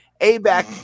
A-back